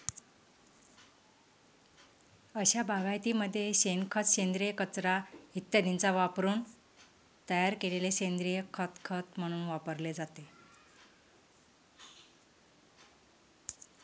अशा बागायतीमध्ये शेणखत, सेंद्रिय कचरा इत्यादींचा वापरून तयार केलेले सेंद्रिय खत खत म्हणून वापरले जाते